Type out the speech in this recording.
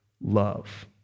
love